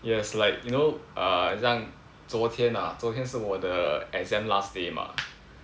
yes like you know err 很像昨天啊昨天是我的 exam last day mah